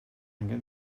angen